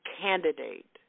candidate